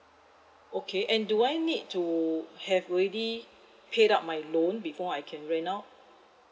okay and do I need to have already paid up my loan before I can rent out